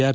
R